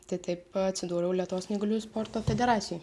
tai taip atsidūriau lietuvos neįgaliųjų sporto federacijoj